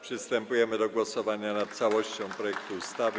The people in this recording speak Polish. Przystępujemy do głosowania nad całością projektu ustawy.